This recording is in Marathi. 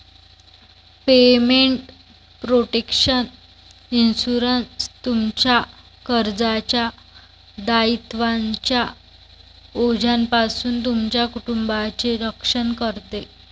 पेमेंट प्रोटेक्शन इन्शुरन्स, तुमच्या कर्जाच्या दायित्वांच्या ओझ्यापासून तुमच्या कुटुंबाचे रक्षण करते